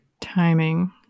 timing